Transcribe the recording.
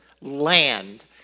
land